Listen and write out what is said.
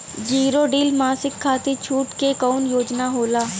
Zero till machine खाती छूट के कवन योजना होला?